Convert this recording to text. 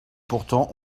pourtant